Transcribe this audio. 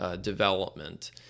development